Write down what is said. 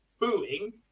booing